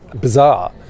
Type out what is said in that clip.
bizarre